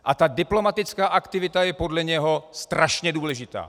A ta diplomatická aktivita je podle něho strašně důležitá.